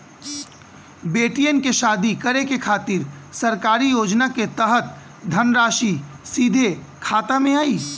बेटियन के शादी करे के खातिर सरकारी योजना के तहत धनराशि सीधे खाता मे आई?